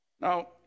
Now